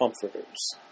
comforters